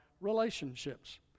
relationships